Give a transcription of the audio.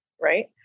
right